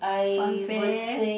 funfair